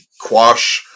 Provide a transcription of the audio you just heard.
quash